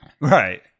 Right